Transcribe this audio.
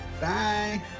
Bye